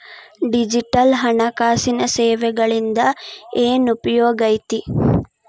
digital ಹಣಕಾಸಿನ ಸೇವೆಗಳಿಂದ ಏನ್ ಉಪಯೋಗೈತಿ